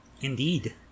Indeed